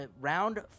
round